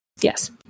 Yes